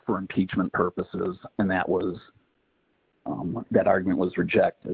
for impeachment purposes and that was that argument was rejected